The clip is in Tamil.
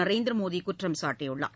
நரேந்திர மோடி குற்றம் சாட்டியுள்ளார்